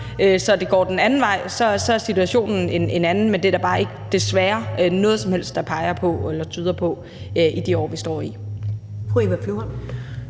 så det går den anden vej, er situationen en anden, men det er der desværre bare ikke noget som helst der peger eller tyder på i den tid, vi